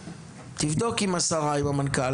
תבדוק עם השרה ועם המנכ"ל